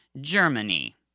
Germany